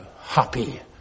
happy